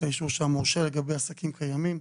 האישור של המורשה לגבי עסקים קיימים.